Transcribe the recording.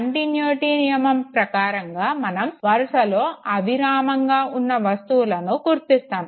continuity నియమం ప్రకారంగా మనం వరుసలో అవిరామంగా ఉన్న వస్తువులను గుర్తిస్తాము